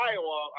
Iowa